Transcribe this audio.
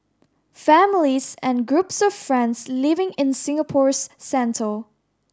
families and groups of friends living in Singapore's centre